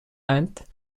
and